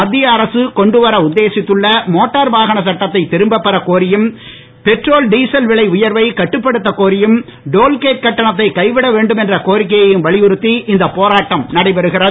மத்திய அரசு கொண்டுவர உத்தேசித்துள்ள மோட்டார் வாகன சட்டத்தை திரும்ப பெறக் கோரியும் பெட்ரோல் டீசல் விலை உயர்வைக் கட்டுப்படுத்த கோரியும் டோல்கேட் கட்டணத்தை கைவிட வேண்டும் என்ற கோரிக்கையையும் வலியுறுத்தி இந்த போராட்டம் நடைபெறுகிறது